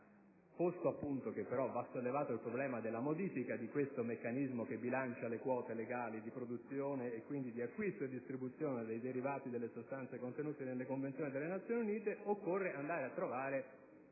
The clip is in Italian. Posto appunto che però va sollevato il problema della modifica di questo meccanismo che bilancia le quote legali di produzione, di acquisto e distribuzione dei derivati delle sostanze contenute nelle convenzioni delle Nazioni Unite, occorre andare a trovare